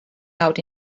out